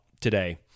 today